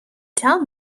tell